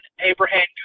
Abraham